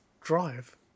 Drive